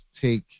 take